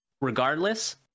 regardless